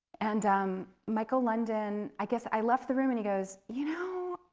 and um michael london, i guess i left the room and he goes, you know,